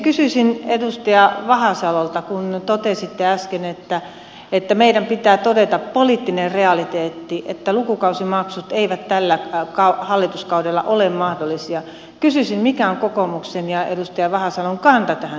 kysyisin edustaja vahasalolta kun totesitte äsken että meidän pitää todeta poliittinen realiteetti että lukukausimaksut eivät tällä hallituskaudella ole mahdollisia mikä on kokoomuksen ja edustaja vahasalon kanta tähän kysymykseen